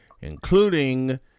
including